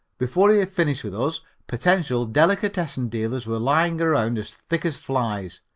before he had finished with us potential delicatessen dealers were lying around as thick as flies.